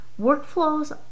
Workflows